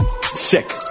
Sick